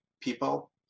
people